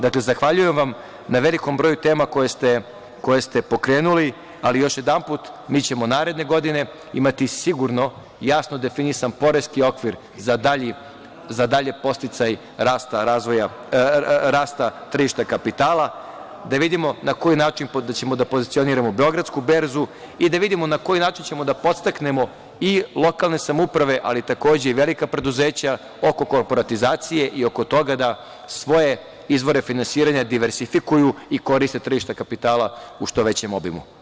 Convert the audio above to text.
Dakle, zahvaljujem vam na velikom broju tema koje ste pokrenuli, ali još jedanput, mi ćemo naredne godine imati sigurno jasno definisan poreski okvir za dalji podsticaj rasta tržišta kapitala, da vidimo na koji način ćemo da pozicioniramo Beogradsku berzu i da vidimo na koji način ćemo da podstaknemo i lokalne samouprave, ali takođe i velika preduzeća oko korporatizacije i oko toga da svoje izvore finansiranje diversifikuju i koriste tržište kapitala u što većem obimu.